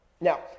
Now